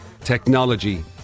technology